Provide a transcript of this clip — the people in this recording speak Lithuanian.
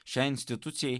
šiai institucijai